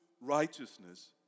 righteousness